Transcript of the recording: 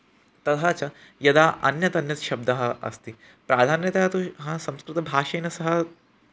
तथा च यदा अन्यत् अन्यत् शब्दः अस्ति प्राधान्यतया तु ह संस्कृतभाषेण सह